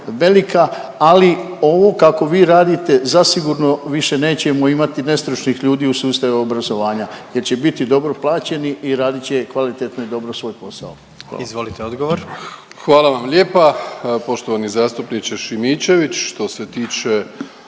velika, ali ovo kako vi radite zasigurno više nećemo imati nestručnih ljudi u sustavu obrazovanja jer će biti dobro plaćeni i radit će kvalitetno i dobro svoj posao. Hvala. **Jandroković, Gordan (HDZ)** Izvolite